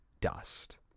dust